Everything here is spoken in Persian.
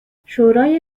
شورای